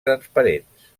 transparents